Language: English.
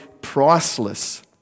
priceless